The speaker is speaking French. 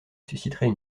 susciterait